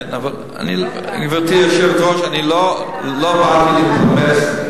רבותי, אני לא באתי לכאן להתפלמס.